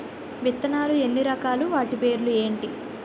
విత్తనాలు ఎన్ని రకాలు, వాటి పేర్లు ఏంటి?